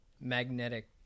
magnetic